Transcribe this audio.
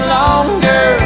longer